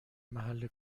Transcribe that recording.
محل